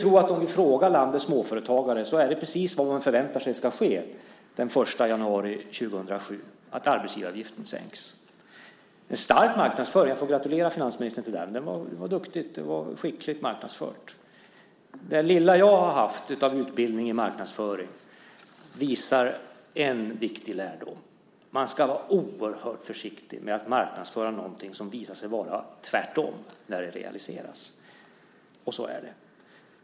Om vi frågar landets småföretagare skulle jag tro att vad man förväntar sig ska ske den 1 januari 2007 är att arbetsgivaravgiften sänks. Det är stark marknadsföring. Jag får gratulera finansministern till det. Det var duktigt. Det var skickligt marknadsfört. Det lilla jag har haft av utbildning i marknadsföring har gett en viktig lärdom: Man ska vara oerhört försiktig med att marknadsföra något som visar sig vara tvärtom när det realiseras. Så är det.